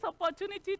opportunity